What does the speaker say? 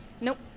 Nope